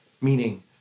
Meaning